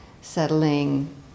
settling